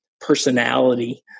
personality